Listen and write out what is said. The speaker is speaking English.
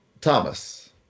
Thomas